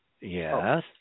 Yes